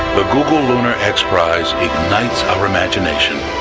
the google lunar x prize ignites our imagination,